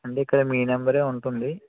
అంటే ఇక్కడ మీ నంబరే ఉంటుంది